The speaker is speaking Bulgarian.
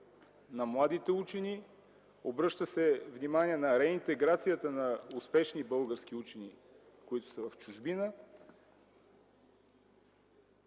на младите учени, обръща се внимание на реинтеграцията на успешни български учени, които са в чужбина.